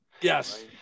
Yes